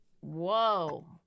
Whoa